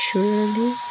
Surely